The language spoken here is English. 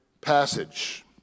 passage